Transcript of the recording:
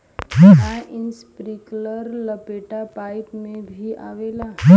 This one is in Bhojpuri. का इस्प्रिंकलर लपेटा पाइप में भी आवेला?